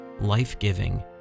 life-giving